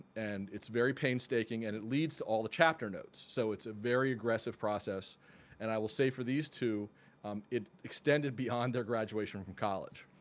and it's very painstaking and it leads to all the chapter notes. so it's a very aggressive process and i will say for these two it extended beyond their graduation from college.